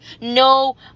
no